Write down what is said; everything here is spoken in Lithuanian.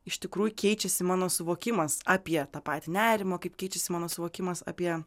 iš tikrųjų keičiasi mano suvokimas apie tą patį nerimą kaip keičiasi mano suvokimas apie